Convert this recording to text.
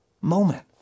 moment